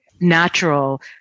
natural